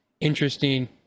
interesting